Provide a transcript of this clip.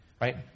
right